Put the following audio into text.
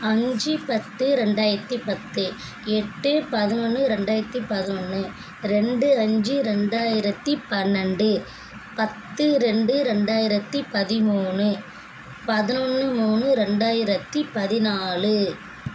அஞ்சு பத்து ரெண்டாயிரத்தி பத்து எட்டு பதினொன்று ரெண்டாயிரத்தி பதினொன்று ரெண்டு அஞ்சு ரெண்டாயிரத்தி பன்னெண்டு பத்து ரெண்டு ரெண்டாயிரத்தி பதிமூணு பதினொன்று மூணு ரெண்டாயிரத்தி பதினாலு